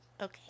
okay